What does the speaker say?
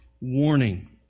warning